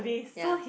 ya